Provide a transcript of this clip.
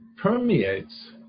permeates